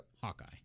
Hawkeye